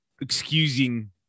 excusing